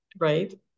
right